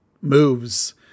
moves